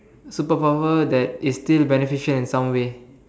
super power that is still beneficial in some way